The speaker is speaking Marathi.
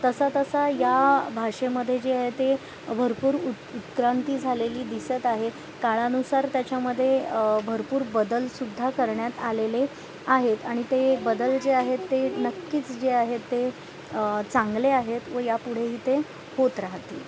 तसातसा या भाषेमध्ये जे आहे ते भरपूर उ उत्क्रांती झालेली दिसत आहे काळानुसार त्याच्यामध्ये भरपूर बदलसुद्धा करण्यात आलेले आहेत आणि ते बदल जे आहेत ते नक्कीच जे आहेत ते चांगले आहेत व यापुढेही ते होत राहातील